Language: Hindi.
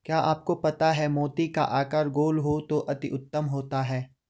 क्या आपको पता है मोती का आकार गोल हो तो अति उत्तम होता है